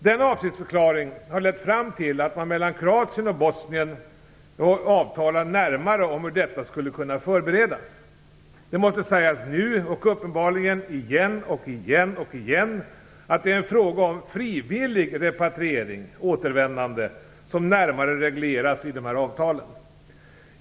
Denna avsiktsförklaring har lett fram till att man mellan Kroatien och Bosnien avtalat närmare om hur detta skulle kunna förberedas. Det måste sägas nu, och uppenbarligen igen och igen, att det är en fråga om frivillig repatriering, återvändande, som närmare regleras i denna artikel.